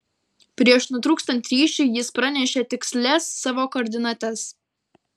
prieš nutrūkstant ryšiui jis pranešė tikslias savo koordinates